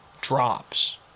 Drops